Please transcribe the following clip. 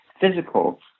physical